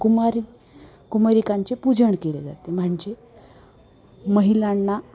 कुमारी कुमरिकांचे पूजण केले जाते म्हणजे महिलांना